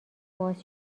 باز